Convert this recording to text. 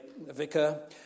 vicar